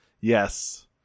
Yes